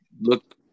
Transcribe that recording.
look